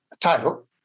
title